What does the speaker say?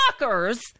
fuckers